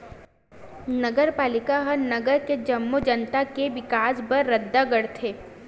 नगरपालिका ह नगर के जम्मो जनता के बिकास बर रद्दा गढ़थे